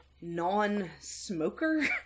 non-smoker